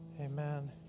Amen